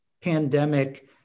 pandemic